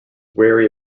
wary